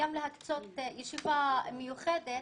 גם להקצות ישיבה מיוחדת